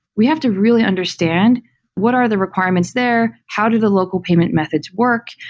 we have to really understand what are the requirements there, how do the local payment methods work,